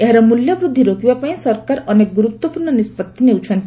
ଏହାର ମୂଲ୍ୟବୃଦ୍ଧି ରୋକିବା ପାଇଁ ସରକାର ଅନେକ ଗୁରୁତ୍ୱପୂର୍ଣ୍ଣ ନିଷ୍କଉତ୍ତି ନେଉଛନ୍ତି